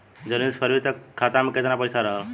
जनवरी से फरवरी तक खाता में कितना पईसा रहल?